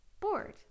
bored